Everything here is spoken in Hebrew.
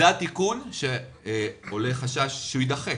זה התיקון שעולה חשש שהוא יידחה.